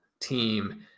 team